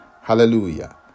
Hallelujah